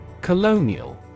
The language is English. Colonial